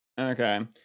okay